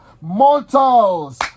Mortals